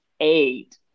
eight